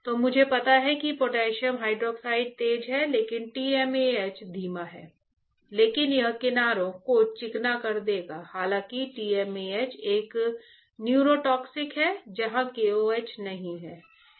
तो मुझे पता है कि पोटेशियम हाइड्रोक्साइड है जहाँ KOH नहीं है